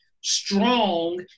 strong